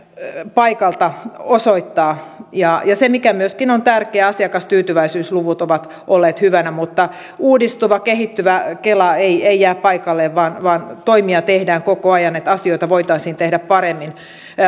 paikalta osoittaa mikä myöskin on tärkeää asiakastyytyväisyysluvut ovat olleet hyviä mutta uudistuva kehittyvä kela ei jää paikalleen vaan vaan toimia tehdään koko ajan että asioita voitaisiin tehdä paremmin